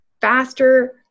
faster